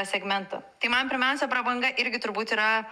segmentu tai man pirmiausia prabanga irgi turbūt yra